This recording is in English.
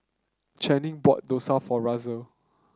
Chanie bought dosa for Russel